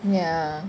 ya